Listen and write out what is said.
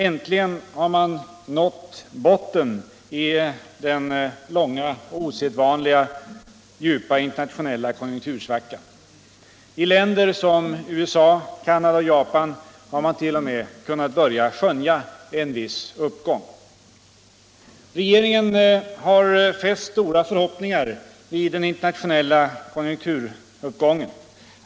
Äntligen har man nått botten i den långa och osedvanligt djupa internationella konjunktursvackan, I länder som USA, Canada och Japan har man t.o.m. kunnat börja skönja en viss uppgång. Regeringen har fäst stora förhoppningar vid den internationella konjunkturuppgången.